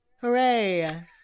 Hooray